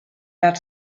that